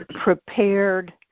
prepared